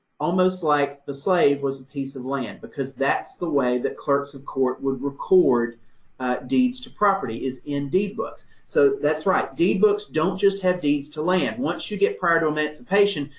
almost like the slave was a piece of land, because that's the way that clerks of court would record deeds to property, is in deed books. so that's right, deed books don't just have deeds to land. once you get prior to emancipation,